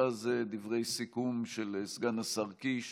ואז דברי סיכום של סגן השר קיש